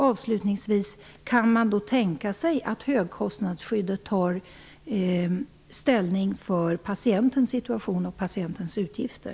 Avslutningsvis: Är det möjligt att man när det gäller högkostnadsskyddet tänker på patientens situation och utgifter?